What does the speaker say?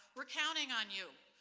we're counting on you.